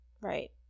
Right